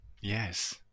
yes